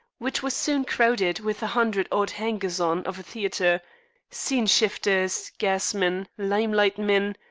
which was soon crowded with the hundred odd hangers-on of a theatre scene-shifters, gasmen, limelight men,